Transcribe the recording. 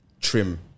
trim